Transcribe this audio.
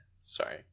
sorry